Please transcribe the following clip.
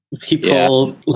people